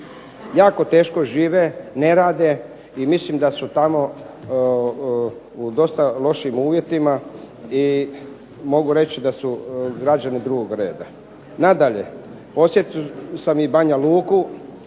Jako teško žive, ne rade i mislim da su tamo u dosta lošim uvjetima i mogu reći da su građani drugog reda. Nadalje, posjetio sam i Banja Luku